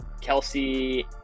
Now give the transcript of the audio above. Kelsey